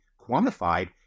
quantified